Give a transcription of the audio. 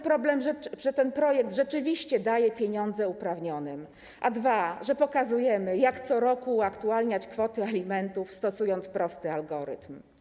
Po pierwsze ten projekt rzeczywiście daje pieniądze uprawnionym, a po drugie pokazujemy, jak co roku uaktualniać kwoty alimentów, stosując prosty algorytm.